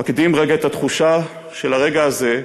אקדים רגע את התחושה של הרגע הזה,